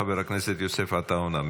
חבר הכנסת יוסף עטאונה.